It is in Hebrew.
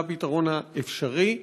זה הפתרון האפשרי,